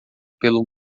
pelo